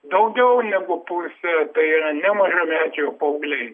daugiau negu pusė tai yra ne mažamečiai paaugliai